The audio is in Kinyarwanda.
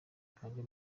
kanjye